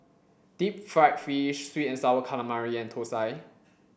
deep fried fish sweet and sour calamari and Thosai